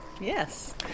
Yes